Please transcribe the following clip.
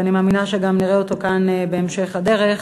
ואני מאמינה שגם נראה אותו כאן בהמשך הדרך.